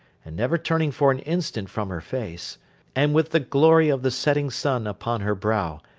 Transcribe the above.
and never turning for an instant from her face and with the glory of the setting sun upon her brow,